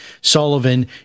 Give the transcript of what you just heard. Sullivan